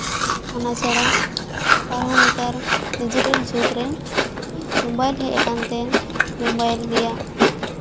ᱚᱱᱟ ᱪᱷᱟᱲᱟ ᱟᱨᱦᱚᱸ ᱱᱮᱛᱟᱨ ᱰᱤᱡᱤᱴᱮᱞ ᱡᱩᱜᱽᱨᱮ ᱢᱳᱵᱟᱭᱤᱞ ᱦᱮᱡ ᱟᱠᱟᱱ ᱛᱮ ᱢᱳᱵᱟᱭᱤᱞ ᱨᱮᱭᱟᱜ